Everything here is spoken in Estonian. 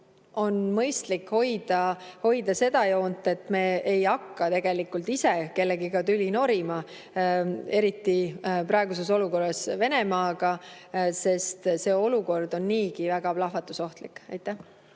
on mõistlik hoida seda joont, et me ei hakka ise kellegagi tüli norima, eriti praeguses olukorras Venemaaga, sest olukord on niigi väga plahvatusohtlik. Aitäh!